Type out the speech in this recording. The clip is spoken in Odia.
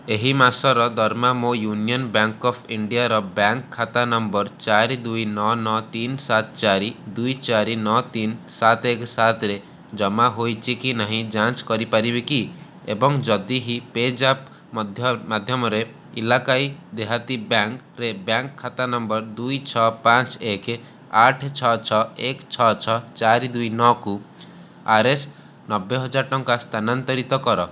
ଏହି ମାସର ଦରମା ମୋ ୟୁନିଅନ୍ ବ୍ୟାଙ୍କ୍ ଅଫ୍ ଇଣ୍ଡିଆର ବ୍ୟାଙ୍କ୍ ଖାତା ନମ୍ବର ଚାରି ଦୁଇ ନଅ ନଅ ତିନି ସାତ ଚାରି ଦୁଇ ଚାରି ନଅ ତିନି ସାତ ଏକ ସାତରେ ଜମା ହୋଇଛି କି ନାହିଁ ଯାଞ୍ଚ କରିପାରିବ କି ଏବଂ ଯଦି ହଁ ପେଜାପ୍ ମଧ୍ୟ ମାଧ୍ୟମରେ ଇଲାକାଈ ଦେହାତୀ ବ୍ୟାଙ୍କ୍ରେ ବ୍ୟାଙ୍କ୍ ଖାତା ନମ୍ବର ଦୁଇ ଛଅ ପାଞ୍ଚ ଏକ ଆଠ ଛଅ ଛଅ ଏକ ଛଅ ଛଅ ଚାରି ଦୁଇ ନଅକୁ ଆର୍ଏସ୍ ନବେ ହଜାର ଟଙ୍କା ସ୍ଥାନାନ୍ତରିତ କର